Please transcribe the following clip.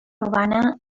urbana